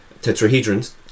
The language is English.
tetrahedrons